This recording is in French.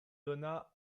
donna